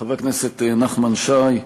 חבר הכנסת נחמן שי,